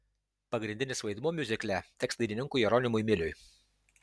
pagrindinis vaidmuo miuzikle teks dainininkui jeronimui miliui